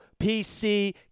PC